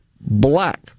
black